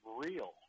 real